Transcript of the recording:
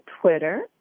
Twitter